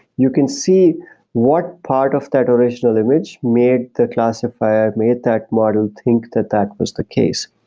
you can see what part of that original image made the classified, made that model think that that was the case.